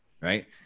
Right